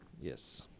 Yes